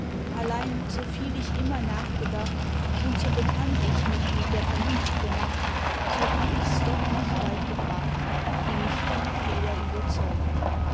allein soviel ich immer nachgedacht und so bekannt ich mich mit der vernunft gemacht so hab ichs doch nicht weit gebracht wie mich viel fehler überzeugen